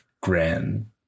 grand